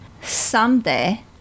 someday